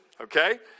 okay